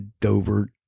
Dover